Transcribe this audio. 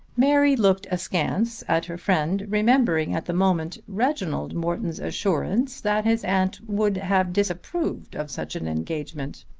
mary looked askance at her friend, remembering at the moment reginald morton's assurance that his aunt would have disapproved of such an engagement.